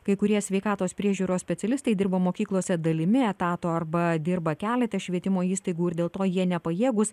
kai kurie sveikatos priežiūros specialistai dirba mokyklose dalimi etato arba dirba kelete švietimo įstaigų ir dėl to jie nepajėgūs